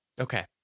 Okay